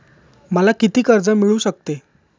मला किती कर्ज मिळू शकते?